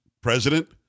president